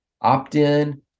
opt-in